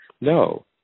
No